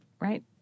right